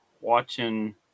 watching